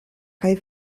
kaj